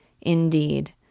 Indeed